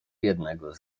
jednego